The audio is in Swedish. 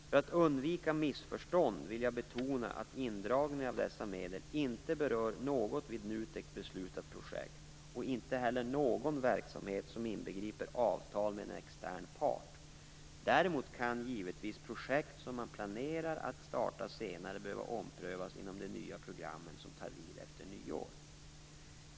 För att undvika missförstånd vill jag betona att indragningen av dessa medel inte berör något vid NUTEK beslutat projekt och inte heller någon verksamhet som inbegriper avtal med en extern part. Däremot kan givetvis projekt som man planerar att starta senare behöva omprövas inom de nya program som tar vid efter nyår.